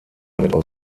internet